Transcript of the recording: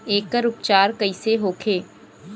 एकर उपचार कईसे होखे?